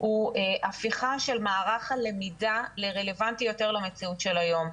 הוא הפיכה של מערך הלמידה לרלוונטי יותר למציאות של היום,